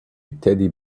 teddy